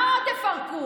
מה עוד תפרקו?